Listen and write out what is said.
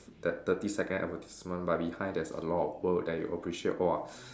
that thirty second advertisement but behind there is a lot of work that you appreciate !whoa!